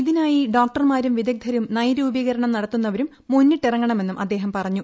ഇതിനായി ഡോക്ടർമാരും വിദഗ്ധരും നയരൂപീകരണം നടത്തുന്നവരും മുന്നിട്ടിറങ്ങണമെന്നും അദ്ദേഹം പറഞ്ഞു